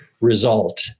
result